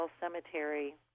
Cemetery